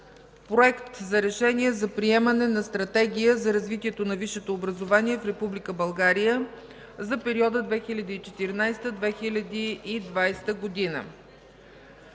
Проект за решение за приемане на Стратегия за развитие на висшето образование в Република България за периода 2014 – 2020 г.,